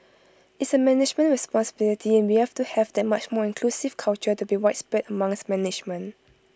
it's A management responsibility and we have to have that much more inclusive culture to be widespread amongst management